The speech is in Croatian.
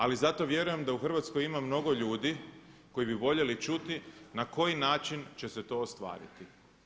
Ali zato vjerujem da u Hrvatskoj ima mnogo ljudi koji bi voljeli čuti na koji način će se to ostvariti.